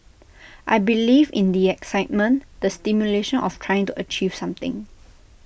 I believe in the excitement the stimulation of trying to achieve something